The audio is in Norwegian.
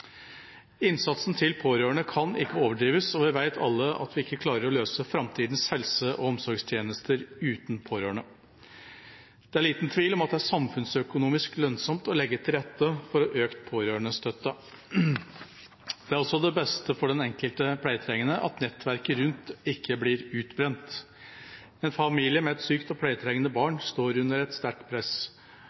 Innsatsen til pårørende kan ikke overdrives, og vi vet alle at vi ikke klarer å løse framtidas helse- og omsorgstjenester uten pårørende. Det er liten tvil om at det er samfunnsøkonomisk lønnsomt å legge til rette for økt pårørendestøtte. Det er også det beste for den enkelte pleietrengende at nettverket rundt ikke blir utbrent. En familie med et sykt og pleietrengende barn står under et sterkt press